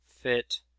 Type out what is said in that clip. fit